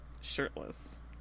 shirtless